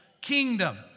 kingdom